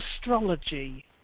astrology